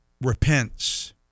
repents